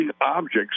objects